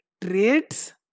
traits